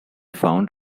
found